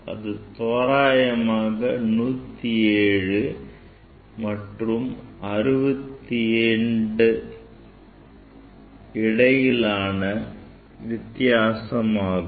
அது தோராயமாக 107 மற்றும் 62 இடையிலான வித்தியாசமாகும்